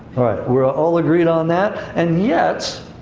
alright, we're all agreed on that. and yet,